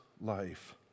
life